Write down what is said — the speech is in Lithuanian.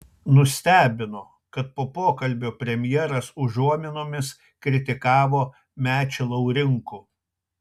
nustebino kad po pokalbio premjeras užuominomis kritikavo mečį laurinkų